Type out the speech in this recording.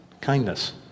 Kindness